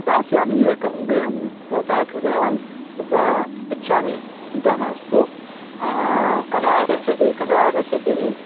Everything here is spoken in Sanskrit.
दास्यामि एकं गृहं भवतः कृते अहं तत्र यच्छामि चिन्ता मास्तु कदा आगच्छति कदा आगच्छति